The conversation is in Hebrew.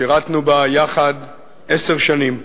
שירתנו בה יחד עשר שנים.